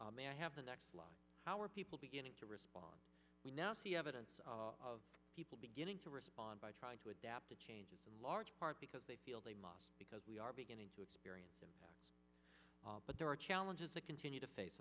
overwhelmed have the next slide how are people beginning to respond we now see evidence of people beginning to respond by trying to adapt to changes in large part because they feel they must because we are beginning to experience them but there are challenges that continue to face